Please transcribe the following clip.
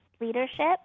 leadership